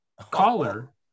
caller